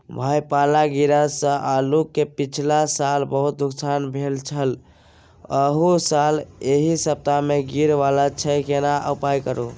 भाई पाला गिरा से आलू के पिछला साल बहुत नुकसान भेल छल अहू साल एहि सप्ताह में गिरे वाला छैय केना उपाय करू?